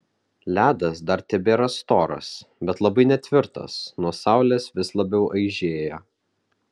ledas dar tebėra storas bet labai netvirtas nuo saulės vis labiau aižėja